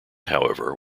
however